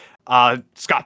Scott